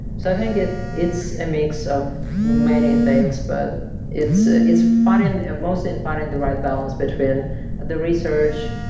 so think it's it's a mix of many things. but it's ah it's finding mostly in finding the right balance between the research,